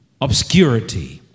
obscurity